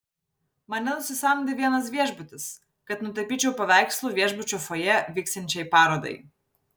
mane nusisamdė vienas viešbutis kad nutapyčiau paveikslų viešbučio fojė vyksiančiai parodai